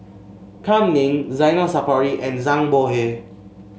Kam Ning Zainal Sapari and Zhang Bohe